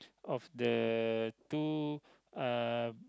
of the too uh